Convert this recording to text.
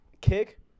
Kick